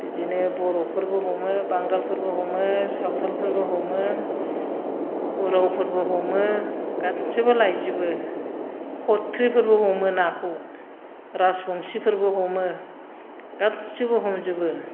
बिदिनो बर'फोरबो हमो बांगालफोरबो हमो सावथालफोरबो हमो उरावफोरबो हमो गासैबो लायजोबो खथ्रिफोरबो हमो नाखौ राजबंसिफोराबो हमो गासैबो हमजोबो